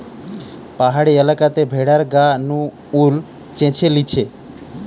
পাহাড়ি এলাকাতে ভেড়ার গা নু উল চেঁছে লিছে